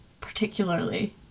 particularly